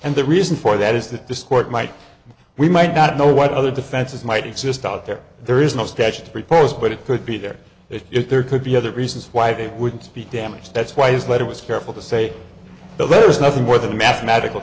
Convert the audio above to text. and the reason for that is that this court might we might not know what other defenses might exist out there there is no statutory powers but it could be there if there could be other reasons why they wouldn't speak damage that's why his letter was careful to say the letter is nothing more than a mathematical